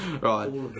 Right